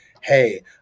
hey